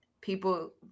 people